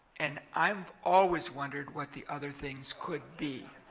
and i've always wondered what the other things could be.